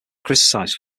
criticized